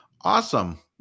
Awesome